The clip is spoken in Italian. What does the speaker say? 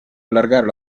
allargare